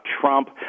trump